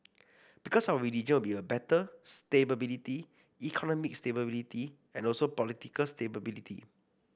because our region will be better stability economic stability and also political stability